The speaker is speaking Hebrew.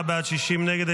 49 בעד, 60 נגד.